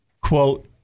quote